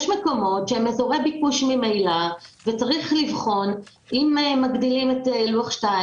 מקומות שהם ממילא אזורי ביקוש וצריך לבחון אם מגדילים את לוח 2,